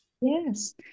Yes